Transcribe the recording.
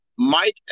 Mike